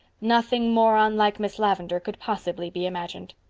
nothing more unlike miss lavendar could possibly be imagined.